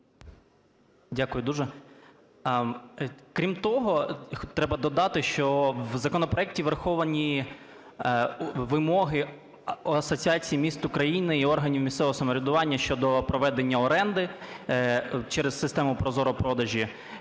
Дякую дуже. Крім того, треба додати, що в законопроекті враховані вимоги Асоціації міст України і органів місцевого самоврядування щодо проведення оренди через систему ProZorro. Продажі.